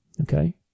okay